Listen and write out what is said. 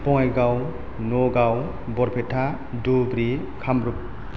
Bongaigaon Nagaon Barpeta Dhubri Kamrup